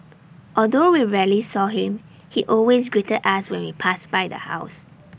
although we rarely saw him he always greeted us when we passed by the house